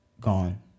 gone